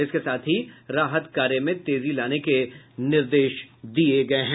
इसके साथ ही राहत कार्य में तेजी लाने के निर्देश दिया गया है